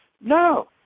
no